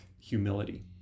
humility